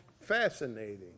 fascinating